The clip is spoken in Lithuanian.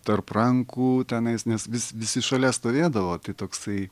tarp rankų tenais nes vis visi šalia stovėdavo tai toksai